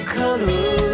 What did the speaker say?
color